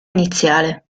iniziale